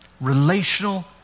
Relational